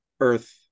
earth